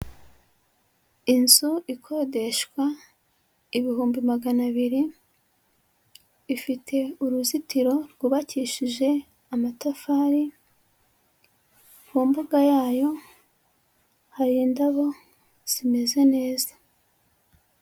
Inzu ikodeshwa ibihumbi magana abiri, ifite uruzitiro rwubakishije amatafari, ku mbuga yayo hari indabo zimeze neza.